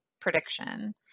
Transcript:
prediction